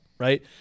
right